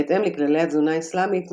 בהתאם לכללי התזונה האסלאמית,